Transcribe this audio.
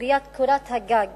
לסוגיית קורת הגג